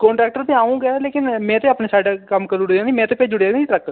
contractor ते अ'ऊं गै लेकिन में ते अपने साइडा कम्म करी ओड़े निं में ते भेज्जी ओड़े निं ट्रक